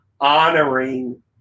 honoring